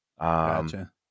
Gotcha